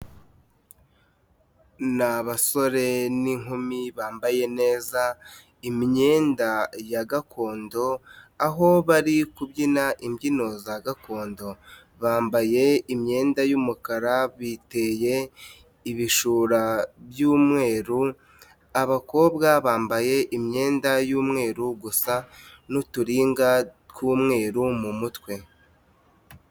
Ni abasore n'inkumi bambaye neza imyenda ya gakondo; aho bari kubyina imbyino za gakondo. Bambaye imyenda y'umukara biteye ibishura by'umweru, abakobwa bambaye imyenda y'umweru gusa n'uturinga tw'umweru mu mutwe.